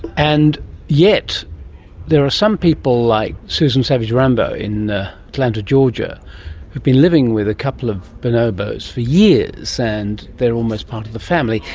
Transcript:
and yet there are some people, like susan savage-rumbaugh in atlanta georgia have been living with a couple of bonobos for years, and they're almost part of the family.